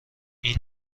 این